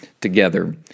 together